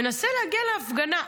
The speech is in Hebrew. מנסה להגיע להפגנה,